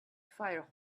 fire